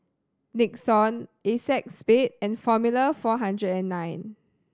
Nixon Acexspade and Formula Four Hundred And Nine